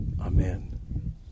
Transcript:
Amen